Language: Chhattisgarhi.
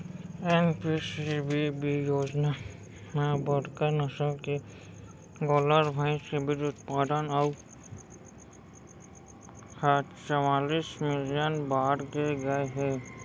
एन.पी.सी.बी.बी योजना म बड़का नसल के गोल्लर, भईंस के बीज उत्पाउन ह चवालिस मिलियन बाड़गे गए हे